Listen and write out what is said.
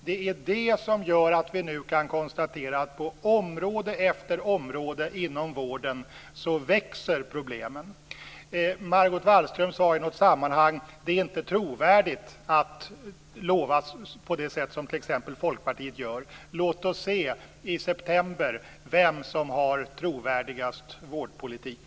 Det är det som gör att vi nu kan konstatera att på område efter område inom vården växer problemen. Margot Wallström sade i något sammanhang att det inte är trovärdigt att lova på det sätt som t.ex. Folkpartiet gör. Låt oss se i september vem som har mest trovärdig vårdpolitik.